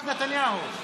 מבצע להצלת נתניהו.